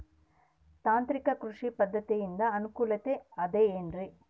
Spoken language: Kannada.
ತಾಂತ್ರಿಕ ಕೃಷಿ ಪದ್ಧತಿಯಿಂದ ಅನುಕೂಲತೆ ಅದ ಏನ್ರಿ?